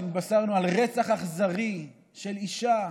שנתבשרנו על רצח אכזרי של אישה,